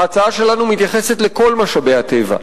ההצעה שלנו מתייחסת לכל משאבי הטבע,